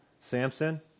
Samson